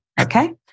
Okay